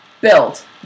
built